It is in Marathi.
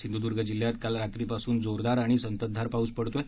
सिंधूद्र्ग जिल्ह्यात काल रात्रीपासून जोरदार आणि संततधार पाऊस पडतोय